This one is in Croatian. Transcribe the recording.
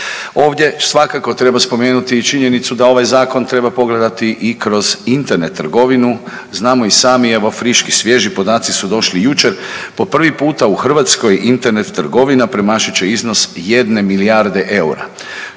Ovdje svakako treba spomenuti i činjenicu da ovaj zakon treba pogledati i kroz Internet trgovinu. Znamo i samo evo friški, svježi podaci su došli jučer, po prvi puta u Hrvatskoj Internet trgovina premašit će iznos jedne milijarde EUR-a.